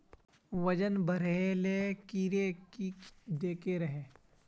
वजन बढे ले कीड़े की देके रहे?